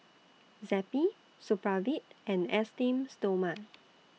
Zappy Supravit and Esteem Stoma